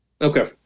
Okay